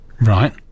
right